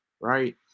right